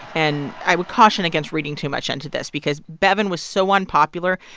and i would caution against reading too much into this because bevin was so unpopular.